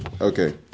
Okay